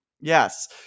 Yes